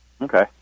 Okay